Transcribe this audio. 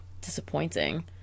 disappointing